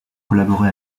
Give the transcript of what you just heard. collaboré